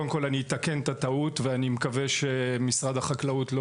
קודם כל אני אתקן את הטעות ואני מקווה שמשרד החקלאות לא